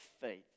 faith